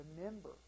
Remember